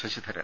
Sasidharan